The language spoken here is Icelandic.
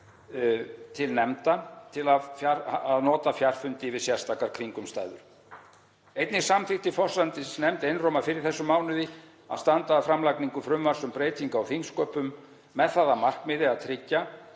nefnda til að nota fjarfundi við sérstakar kringumstæður. Einnig samþykkti forsætisnefnd einróma fyrr í þessum mánuði að standa að framlagningu frumvarps um breytingu á þingsköpum með það að markmiði að tryggja